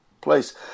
place